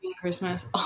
Christmas